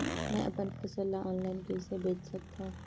मैं अपन फसल ल ऑनलाइन कइसे बेच सकथव?